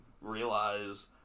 realize